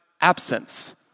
absence